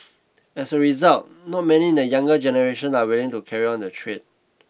as a result not many in the younger generation are willing to carry on the trade